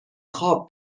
خواب